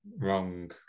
wrong